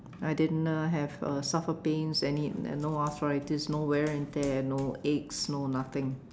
I didn't uh have a suffer pains any and no arthritis no wear and tear no aches no nothing